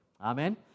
Amen